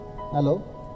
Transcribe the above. Hello